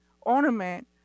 ornament